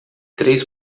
três